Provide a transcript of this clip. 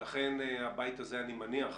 ולכן הבית הזה אני מניח,